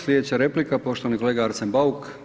Slijedeća replika poštovani kolega Arsen Bauk.